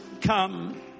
come